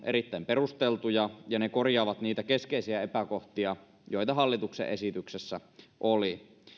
erittäin perusteltuja ja ne korjaavat niitä keskeisiä epäkohtia joita hallituksen esityksessä oli